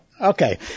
Okay